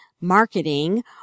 marketing